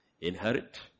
Inherit